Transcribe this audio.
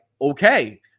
okay